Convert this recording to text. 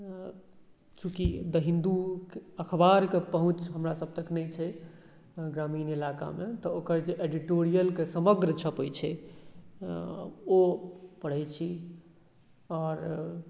चूँकि द हिन्दू अखबारके पहूँच हमरासभ तक नहि छै तऽ ओकर जे एडिटोरियलके समग्र छपैत छै ओ पढ़ैत छी आओर